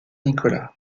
nicolas